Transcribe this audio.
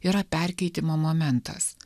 yra perkeitimo momentas